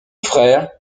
frère